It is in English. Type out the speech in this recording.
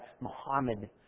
Muhammad